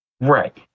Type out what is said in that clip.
right